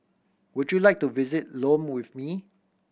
would you like to visit Lome with me